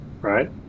right